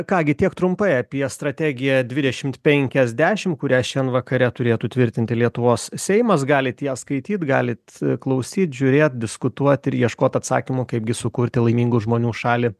ką gi tiek trumpai apie strategiją dvidešimt penkiasdešim kurią šiandien vakare turėtų tvirtinti lietuvos seimas galit ją skaityt galit klausyt žiūrėt diskutuot ir ieškot atsakymų kaipgi sukurti laimingų žmonių šalį